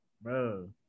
Bro